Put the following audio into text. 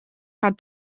had